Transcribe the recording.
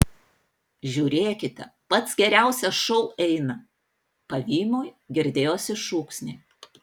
žiūrėkite pats geriausias šou eina pavymui girdėjosi šūksniai